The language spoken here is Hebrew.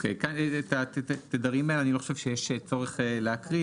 את התדרים אני לא חושב שיש צורך להקריא,